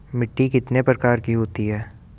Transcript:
मिट्टी कितने प्रकार की होती है?